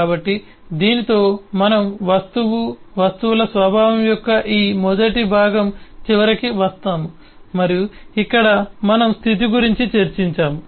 కాబట్టి దీనితో మనం వస్తువు వస్తువుల స్వభావం యొక్క ఈ మొదటి భాగం చివరికి వస్తాము మరియు ఇక్కడ మనం స్థితి గురించి చర్చించాము